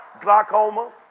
glaucoma